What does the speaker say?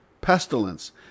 pestilence